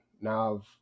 now